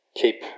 Keep